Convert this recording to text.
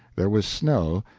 there was snow,